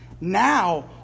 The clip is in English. now